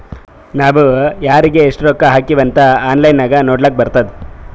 ನಾವ್ ಯಾರಿಗ್ ಎಷ್ಟ ರೊಕ್ಕಾ ಹಾಕಿವ್ ಅಂತ್ ಆನ್ಲೈನ್ ನಾಗ್ ನೋಡ್ಲಕ್ ಬರ್ತುದ್